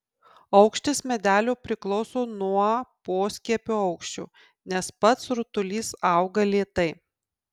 aukštis medelio priklauso nuo poskiepio aukščio nes pats rutulys auga lėtai